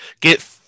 get